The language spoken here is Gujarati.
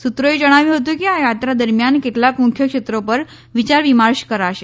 સુત્રોએ જણાવ્યું હતું કે આ યાત્રા દરમિયાન કેટલાક મુખ્ય ક્ષેત્રો પર વિયાર વિમર્શ કરાશે